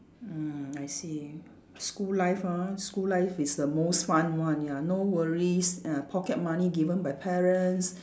mm I see school life ah school life is the most fun one ya no worries ah pocket money given by parents